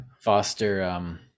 foster